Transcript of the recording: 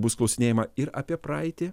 bus klausinėjama ir apie praeitį